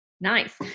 Nice